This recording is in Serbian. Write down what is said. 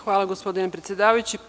Hvala gospodine predsedavajući.